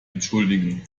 entschuldigen